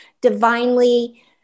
divinely